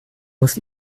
muss